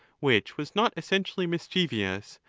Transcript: which was not essen tially mischievous,